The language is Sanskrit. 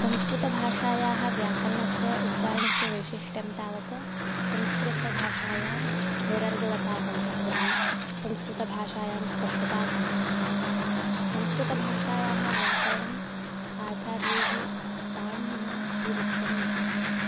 संस्कृतभाषायाः व्याकरणस्य उच्चारणस्य वैशिष्ट्यं तावत् संस्कृतभाषायां निरर्ग्लतासम्पादनं संस्कृतभाषायां स्पष्टतासम्पादनं संस्कृतभाषायाः व्याकरणम् आचार्यैः पाणिनीना विरचितं वर्तते